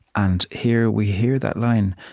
and here, we hear that line,